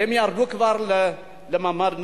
והם כבר ירדו למעמד נמוך.